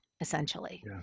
essentially